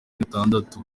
batandatu